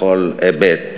בכל היבט.